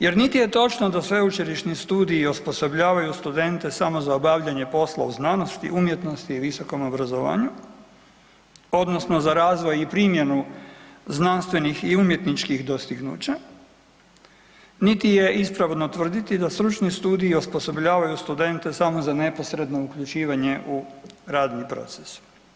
Jer niti je točno da sveučilišni studiji osposobljavaju studente samo za obavljanje posla u znanosti, umjetnosti i visokom obrazovanju odnosno za razvoj i primjenu znanstvenih i umjetničkih dostignuća niti je ispravno tvrditi da stručni studiji osposobljavaju studente samo za neposredno uključivanje u radni proces.